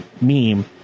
meme